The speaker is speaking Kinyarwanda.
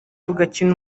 tugakina